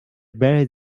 very